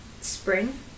spring